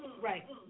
Right